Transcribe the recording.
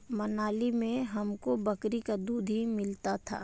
मनाली में हमको बकरी का दूध ही मिलता था